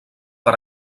per